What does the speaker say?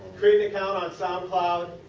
create an account on soundcloud.